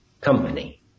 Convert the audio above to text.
company